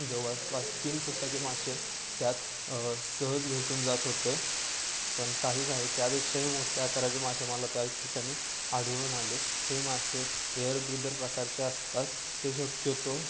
जवळपास तीन फुटाचे मासे त्यात सहज भेटून जात होते पण काही काही त्यापेक्षाही मोठ्या करायचे मासे मला त्या ठिकाणी आढळून आले हे मासे एअर ब्रीदर प्रकारचे असतात ते शक्यतो